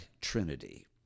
Trinity